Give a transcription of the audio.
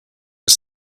was